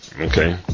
Okay